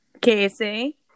Casey